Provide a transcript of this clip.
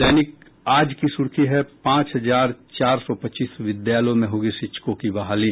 दैनिक आज की सुर्खी है पांच हजार चार सौ पच्चीस विद्यालयों में होगी शिक्षकों की बहाली